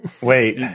Wait